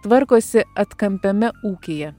tvarkosi atkampiame ūkyje